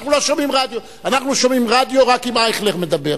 אנחנו שומעים רדיו רק אם אייכלר מדבר.